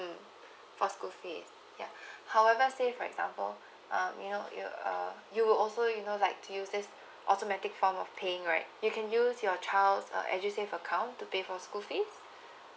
mm for school fee ya however say for example um you know uh uh you will also you know like to use this automatic form of paying right you can use your child's uh edusave account to pay for school fees